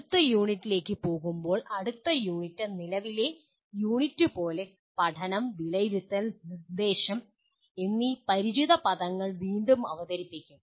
അടുത്ത യൂണിറ്റിലേക്ക് പോകുമ്പോൾ അടുത്ത യൂണിറ്റ് നിലവിലെ യൂണിറ്റുപോലെ പഠനം വിലയിരുത്തൽ നിർദ്ദേശം എന്നീ പരിചിതമായ പദങ്ങൾ വീണ്ടും അവതരിപ്പിക്കും